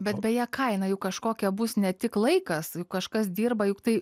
bet beje kaina juk kažkokia bus ne tik laikas kažkas dirba juk tai